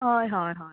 हय हय हय